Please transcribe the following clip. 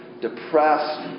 depressed